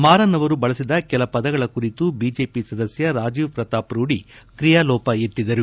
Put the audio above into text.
ಮಾರನ್ ಅವರು ಬಳಸಿದ ಕೆಲ ಪದಗಳ ಕುರಿತು ಬಿಜೆಪಿ ಸದಸ್ಯ ರಾಜೀವ್ ಪ್ರತಾಪ್ ರೂಢಿ ಕ್ರಿಯಾಲೋಪ ಎತ್ತಿದರು